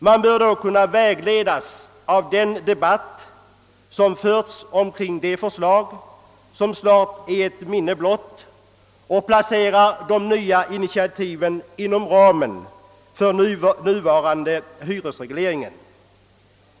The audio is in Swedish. Man bör därvid kunna vägledas av den debatt som har förts om det förslag som snart är ett minne blott och åstadkomma nya initiativ inom ramen för den nuvarande hyresregleringen.